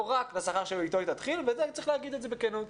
לא רק לשכר שאיתו תתחיל וצריך להגיד את זה בכנות.